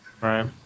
right